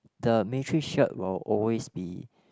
the military shirt will always be